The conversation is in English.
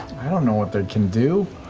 i don't know what they can do.